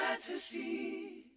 fantasy